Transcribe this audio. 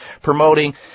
promoting